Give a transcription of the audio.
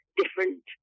different